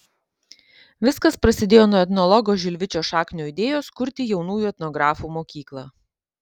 viskas prasidėjo nuo etnologo žilvičio šaknio idėjos kurti jaunųjų etnografų mokyklą